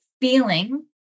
feeling